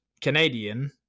Canadian